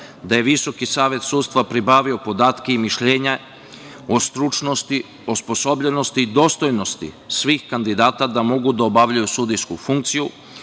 da je VSS pribavio podatke i mišljenja o stručnosti, osposobljenosti, dostojnosti svih kandidata da mogu da obavljaju sudijsku funkciju,